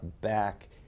back